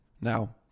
Now